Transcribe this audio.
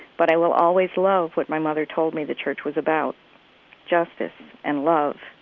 but i will always love what my mother told me the church was about justice and love